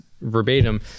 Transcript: verbatim